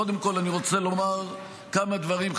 קודם כול אני רוצה לומר כמה דברים,